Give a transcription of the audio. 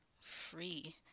free